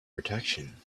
protection